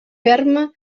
ferma